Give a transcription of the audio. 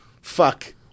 fuck